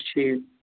ٹھیٖک